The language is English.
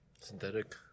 Synthetic